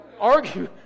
argue